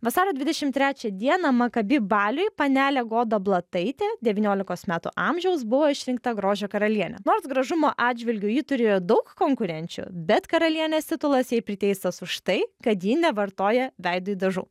vasario dvidešimt trečią dieną makabi baliuj panelė goda blotaitė devyniolikos metų amžiaus buvo išrinkta grožio karaliene nors gražumo atžvilgiu ji turėjo daug konkurenčių bet karalienės titulas jai priteistas už tai kad ji nevartoja veidui dažų